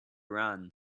run